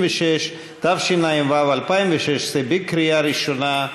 56), התשע"ו 2016, בקריאה ראשונה,